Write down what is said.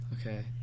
Okay